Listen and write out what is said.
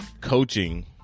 coaching